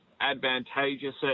advantageous